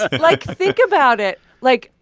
like, think about it. like,